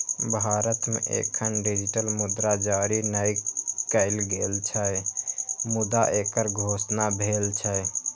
भारत मे एखन डिजिटल मुद्रा जारी नै कैल गेल छै, मुदा एकर घोषणा भेल छै